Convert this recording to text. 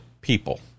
people